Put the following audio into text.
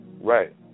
Right